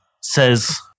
Says